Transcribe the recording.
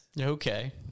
Okay